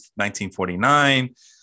1949